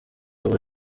ubu